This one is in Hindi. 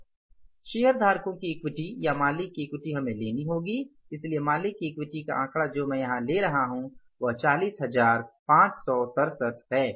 शेयरधारकों की इक्विटी या मालिक की इक्विटी हमें लेनी होगी इसलिए मालिक की इक्विटी का आंकड़ा जो मैं यहां ले रहा हूं वह 40567 है